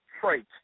traits